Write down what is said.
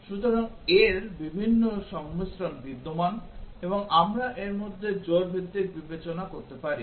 সুতরাং এর বিভিন্ন সংমিশ্রণ বিদ্যমান এবং আমরা এর মধ্যে জোড়া ভিত্তিক বিবেচনা করতে পারি